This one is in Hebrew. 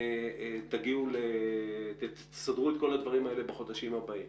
תסדרו את כל הדברים האלה בחודשים הבאים.